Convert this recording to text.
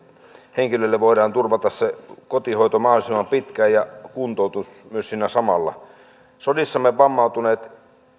henkilöille voidaan turvata se kotihoito mahdollisimman pitkään ja kuntoutus myös siinä samalla sodissamme vammautuneet